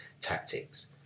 tactics